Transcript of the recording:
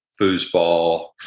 foosball